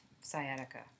sciatica